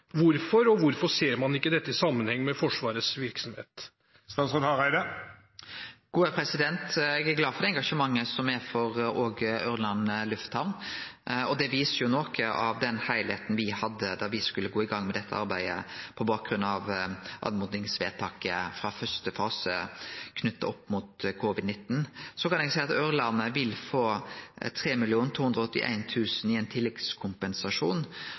Og hvorfor ser man ikke dette i sammenheng med Forsvarets virksomhet? Eg er glad for det engasjementet som er for òg Ørland lufthamn. Det viser noko av den heilskapen me hadde da me skulle gå i gang med dette arbeidet på bakgrunn av oppmodingsvedtaket frå første fase, knytt til covid-19. Så kan eg seie at Ørlandet vil få 3 281 000 kr i tilleggskompensasjon. Eg meiner ønsket frå mindretalet i realiteten da er innfridd i den saka, for her blir det gitt ein tilleggskompensasjon.